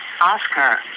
Oscar